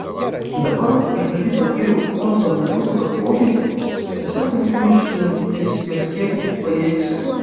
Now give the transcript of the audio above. dabar kai pati patyriau ozo metodikos poveikį esu pasiryžusi laikytis jos kiek tik pajėgsiu